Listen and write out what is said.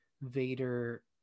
Vader